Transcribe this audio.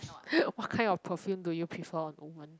what kind of perfume do you prefer on women